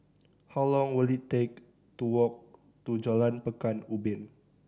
how long will it take to walk to Jalan Pekan Ubin